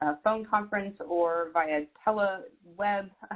ah phone conference or via tele web.